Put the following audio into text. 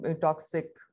toxic